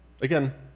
Again